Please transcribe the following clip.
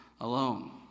alone